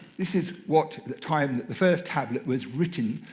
this is what the time that the first tablet was written